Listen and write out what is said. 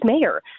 mayor